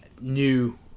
new